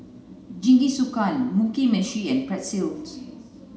Jingisukan Mugi Meshi and Pretzel